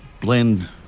blend